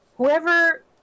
Whoever